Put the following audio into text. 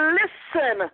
listen